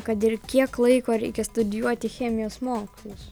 kad ir kiek laiko reikia studijuoti chemijos mokslus